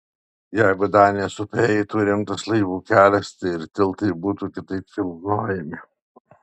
jeigu danės upe eitų rimtas laivų kelias tai ir tiltai būtų kitaip kilnojami